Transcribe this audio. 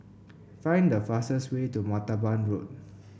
find the fastest way to Martaban Road